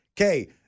Okay